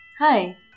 Hi